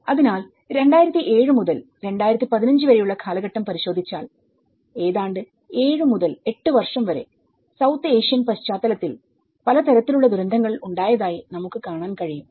അതിനാൽ 2007 മുതൽ 2015 വരെയുള്ള കാലഘട്ടം പരിശോധിച്ചാൽ ഏതാണ്ട് 7 മുതൽ 8 വർഷം വരെ സൌത്ത് ഏഷ്യൻ പശ്ചാത്തലത്തിൽ പലതരത്തിലുള്ള ദുരന്തങ്ങൾ ഉണ്ടായാതായി നമുക്ക് കാണാൻ കഴിയും